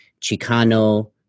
Chicano